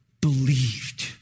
believed